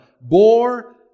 bore